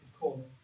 call